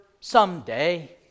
someday